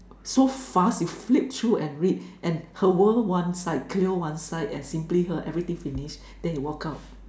so fast you flip through and read and Her World one side Cleo one side and simply her everything finish then you walk out